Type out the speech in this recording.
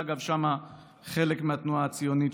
אגב, שם התחיל חלק מהתנועה הציונית.